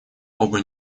оба